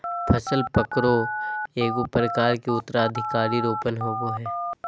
फसल पकरो एगो प्रकार के उत्तराधिकार रोपण होबय हइ